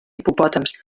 hipopòtams